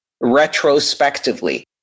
retrospectively